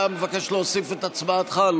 אתה מבקש להוסיף את הצבעתך?